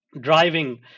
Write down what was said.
driving